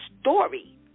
story